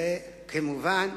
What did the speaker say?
וכמובן,